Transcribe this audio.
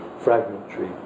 fragmentary